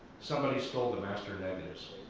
somebody stole the master negatives.